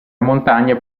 montagna